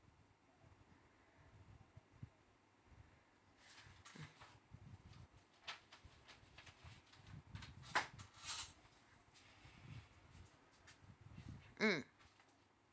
mm mm